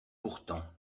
pourtant